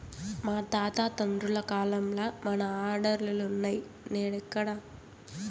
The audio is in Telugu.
మా తాత తండ్రుల కాలంల మన ఆర్డర్లులున్నై, నేడెక్కడ